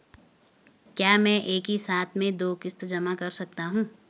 क्या मैं एक ही साथ में दो किश्त जमा कर सकता हूँ?